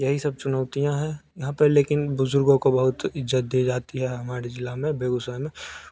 यही सब चुनौतियाँ हैं यहाँ पे लेकिन बुज़ुर्गों को बहुत इज़्ज़त दी जाती है हमारे ज़िला में बेगूसराय में